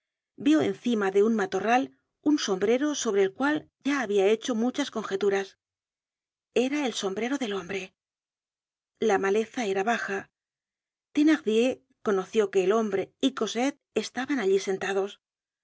vió encima de un matorral un sombrero sobre el cual ya había hecho muchas conjeturas era el sombrero del hombre la maleza era baja thenardier conoció que el hombre y cosette estaban allí sentados